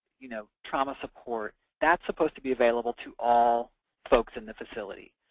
you know trauma support that's supposed to be available to all folks in the facility.